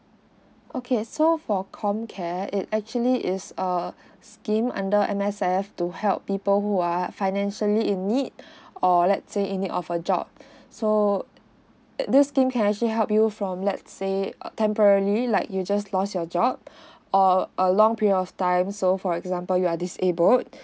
okay so for com care it actually is a scheme under M_S_F to help people who are financially in need or let say in need of a job so this scheme can actually help you from lets say err temporarily like you just lost your job or a long period of time so for example you are disabled